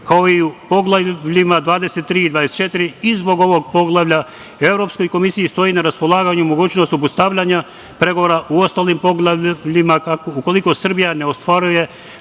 kao i u Poglavljima 23 i 24 i zbog ovog Poglavlja Evropskoj komisiji stoji na raspolaganju i mogućnost obustavljanja pregovora u ostalim poglavljima, ukoliko Srbija ne ostvaruje